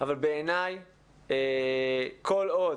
אבל בעייני כל עוד